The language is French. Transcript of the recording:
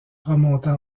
remonta